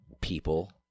people